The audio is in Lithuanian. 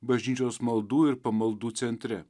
bažnyčios maldų ir pamaldų centre